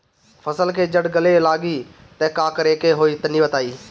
फसल के जड़ गले लागि त का करेके होई तनि बताई?